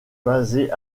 basé